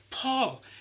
Paul